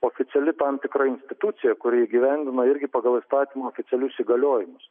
oficiali tam tikra institucija kuri įgyvendina irgi pagal įstatymo oficialius įgaliojimus